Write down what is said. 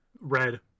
red